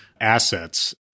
assets